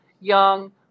young